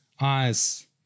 eyes